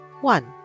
One